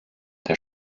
der